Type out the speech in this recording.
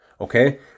okay